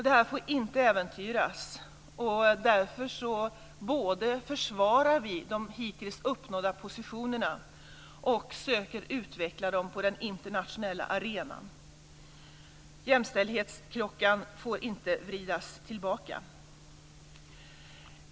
Detta får inte äventyras. Därför både försvarar vi de hittills uppnådda positionerna och försöker att utveckla dem på de internationella arenan. Jämställdhetsklockan får inte vridas tillbaka.